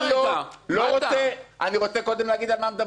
אני רוצה קודם לומר על מה מדברים.